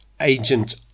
Agent